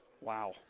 Wow